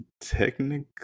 technically